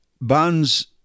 bonds